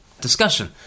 discussion